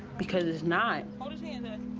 because it's not. hold his hand, and